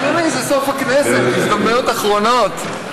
אדוני, זה סוף הכנסת, הזדמנויות אחרונות.